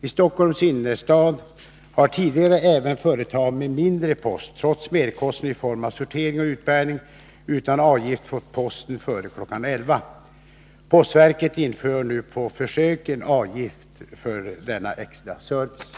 I Stockholms innerstad har tidigare även företag med mindre post, trots merkostnaden i form av sortering och utbärning, utan avgift fått posten före kl. 11. Postverket inför nu på försök en avgift för denna extra service.